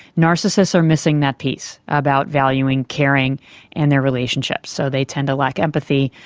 narcissists are missing that piece about valuing, caring and their relationships, so they tend to lack empathy,